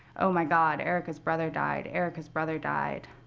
oh, my god, erica's brother died. erica's brother died.